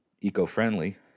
eco-friendly